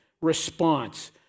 response